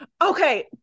okay